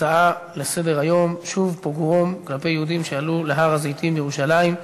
להצעות לסדר-היום בנושא: שוב פוגרום ביהודים שעלו להר-הזיתים בירושלים,